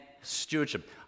stewardship